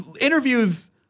interviews